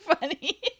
funny